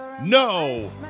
No